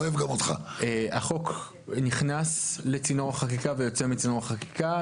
החוק נכנס לצינור החקיקה ויוצא מצינור החקיקה,